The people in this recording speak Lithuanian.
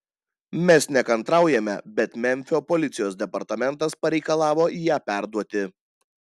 mes nekantraujame bet memfio policijos departamentas pareikalavo ją perduoti